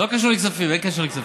זה לא קשור לכספים, אין קשר לכספים.